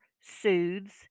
soothes